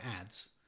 ads